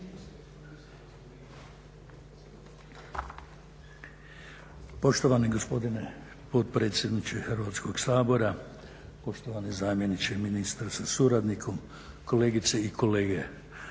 Poštovani gospodine potpredsjedniče Hrvatskog sabora, poštovani zamjeniče ministra sa suradnikom, kolegice i kolege.